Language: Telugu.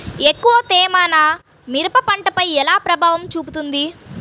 ఎక్కువ తేమ నా మిరప పంటపై ఎలా ప్రభావం చూపుతుంది?